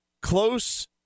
close